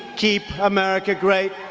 keep america great